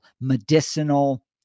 medicinal